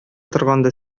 торганда